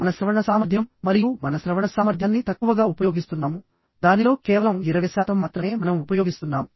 మన శ్రవణ సామర్థ్యం మరియు మన శ్రవణ సామర్థ్యాన్ని తక్కువగా ఉపయోగిస్తున్నాము దానిలో కేవలం 20 శాతం మాత్రమే మనం ఉపయోగిస్తున్నాము